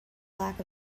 lack